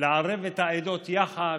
לערב את העדות יחד,